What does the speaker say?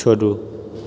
छोड़ू